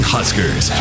Huskers